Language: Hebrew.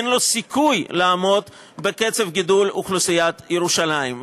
אין לו סיכוי לעמוד בקצב הגידול של אוכלוסיית ירושלים.